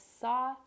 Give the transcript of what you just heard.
saw